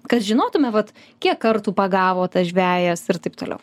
kad žinotume vat kiek kartų pagavo tas žvejas ir taip toliau